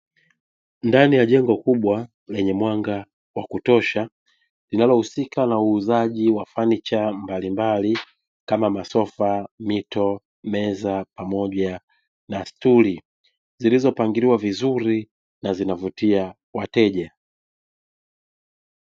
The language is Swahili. Ndani ya jengo kubwa lenye mwanga wa kutosha, linalohusika na uuzaji wa fanicha mbalimbali, kama: masofa, mito, meza pamoja na stuli zilizopangiliwa vizuri na zinavutia wateja.